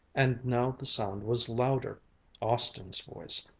and now the sound was louder austin's voice,